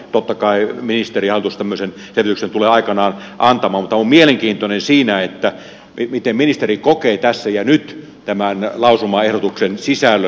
totta kai ministeri ja hallitus tämmöisen selvityksen tulevat aikanaan antamaan mutta on mielenkiintoista miten ministeri kokee tässä ja nyt tämän lausumaehdotuksen sisällön